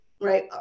right